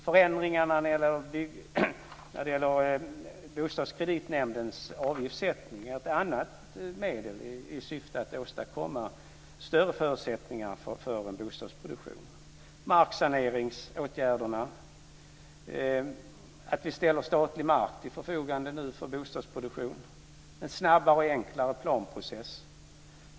Förändringarna när det gäller Bostadskreditnämndens avgiftssättning är ett annat medel i syfte att åstadkomma större förutsättningar för en bostadsproduktion. Marksaneringsåtgärderna, att vi ställer statlig mark till förfogande för bostadsproduktion, en snabbare och enklare planprocess.